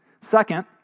Second